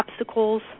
obstacles